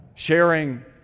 sharing